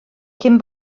cyn